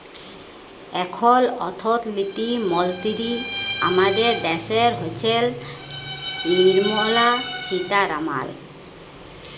এখল অথ্থলিতি মলতিরি আমাদের দ্যাশের হচ্ছেল লির্মলা সীতারামাল